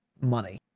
money